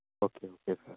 okay okay sir